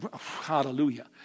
hallelujah